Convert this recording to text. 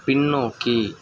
பின்னோக்கி